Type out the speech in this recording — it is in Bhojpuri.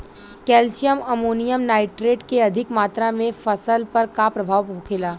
कैल्शियम अमोनियम नाइट्रेट के अधिक मात्रा से फसल पर का प्रभाव होखेला?